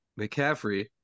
McCaffrey